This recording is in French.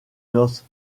noce